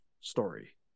story